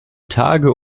tage